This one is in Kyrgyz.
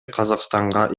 казакстанга